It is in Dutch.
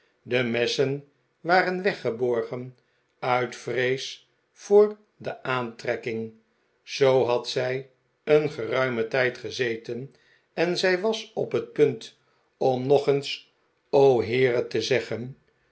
de messen waren weggeborgen uit vrees voor de aantrekking zoo had zij een geruimen tijd gezeten en zij was op het punt om nog eens och heere te zeggen